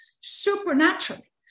supernaturally